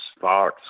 fox